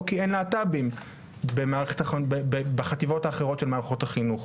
או כי אין להט"בים בחטיבות האחרות של מערכות החינוך?